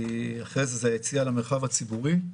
אחרי זה היציאה למרחב הציבורי.